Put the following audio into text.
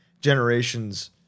generations